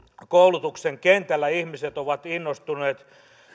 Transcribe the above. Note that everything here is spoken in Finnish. koulutuksen kentällä ihmiset ovat innostuneet